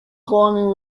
climbing